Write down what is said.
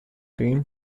dream